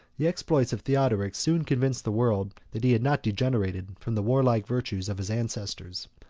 the exploits of theodoric soon convinced the world that he had not degenerated from the warlike virtues of his ancestors.